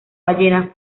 ballena